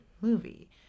movie